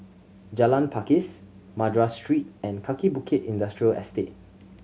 Jalan Pakis Madras Street and Kaki Bukit Industrial Estate